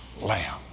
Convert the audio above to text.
lamb